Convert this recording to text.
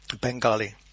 Bengali